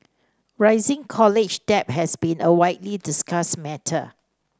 rising college debt has been a widely discussed matter